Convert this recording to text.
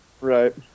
right